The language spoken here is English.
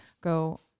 go